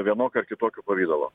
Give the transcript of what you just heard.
vienokiu ar kitokiu pavidalu